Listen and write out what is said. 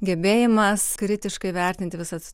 gebėjimas kritiškai vertinti visas